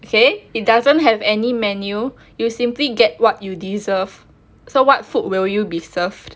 okay it doesn't have any menu you'll simply get what you deserve so what food will you be served